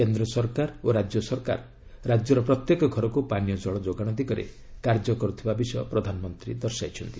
କେନ୍ଦ୍ ସରକାର ଓ ରାଜ୍ୟ ସରକାର ରାଜ୍ୟର ପ୍ରତ୍ୟେକ ଘରକ୍ତ ପାନୀୟ ଜଳ ଯୋଗାଣ ଦିଗରେ କାର୍ଯ୍ୟ କରୁଥିବାର ପ୍ରଧାନମନ୍ତ୍ରୀ କହିଚ୍ଛନ୍ତି